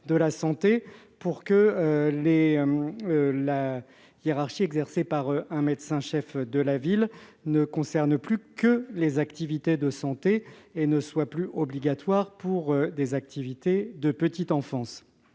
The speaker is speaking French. de faire en sorte que la hiérarchie exercée par le médecin-chef de la Ville ne concerne plus que les activités de santé et ne soit plus obligatoire pour les activités de petite enfance.